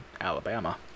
Alabama